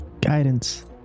Guidance